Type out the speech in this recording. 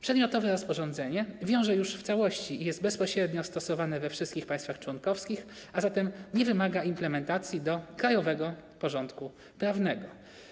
Przedmiotowe rozporządzenie wiąże już w całości i jest bezpośrednio stosowane we wszystkich państwach członkowskich, a zatem nie wymaga implementacji do krajowego porządku prawnego.